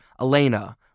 Elena